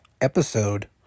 episode